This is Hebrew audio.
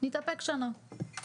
נתאפק שנה,